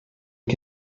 que